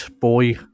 boy